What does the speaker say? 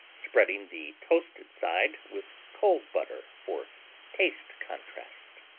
spreading the toasted side with cold butter for taste contrast.